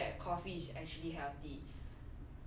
if I tell you that coffee is actually healthy